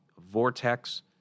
vortex